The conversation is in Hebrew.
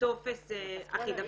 לטופס אחיד.